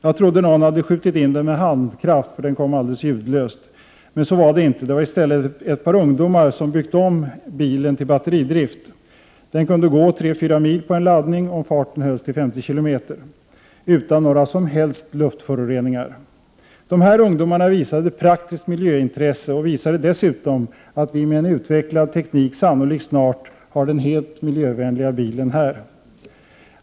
Jag trodde någon hade skjutit in den med handkraft, för den kom alldeles ljudlöst. Men så var det inte. Det var i stället ett par ungdomar som byggt om bilen till batteridrift. Den kunde gå 34 mil på en laddning om farten hölls till ca 50 km i timmen — utan några som helst luftföroreningar. De här ungdomarna visade praktiskt miljöintresse och visade dessutom att vi med en utvecklad teknik sannolikt snart har den helt miljövänliga bilen här.